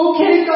Okay